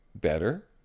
better